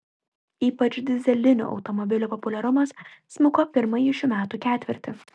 ypač dyzelinių automobilių populiarumas smuko pirmąjį šių metų ketvirtį